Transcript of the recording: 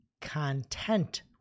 content